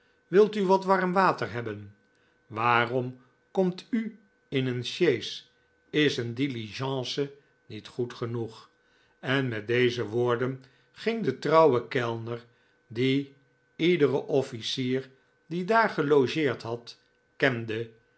wilt u wat warm water hebben waarom komt u in een sjees is een diligence niet goed genoeg en met deze woorden ging de trouwe kellner die iederen offlcier die daar gelogeerd had kende